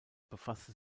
befasste